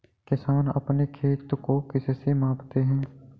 किसान अपने खेत को किससे मापते हैं?